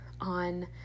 on